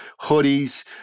hoodies